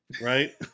right